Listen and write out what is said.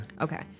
Okay